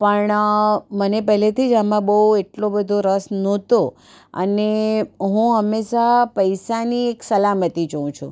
પણ મને પહેલેથી આમાં બહુ એટલો બધો રસ નહોતો અને હું હંમેશાં પૈસાની એક સલામતી જોઉં છું